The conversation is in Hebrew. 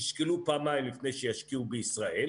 ישקלו פעמיים לפני שישקיעו בישראל,